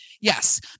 yes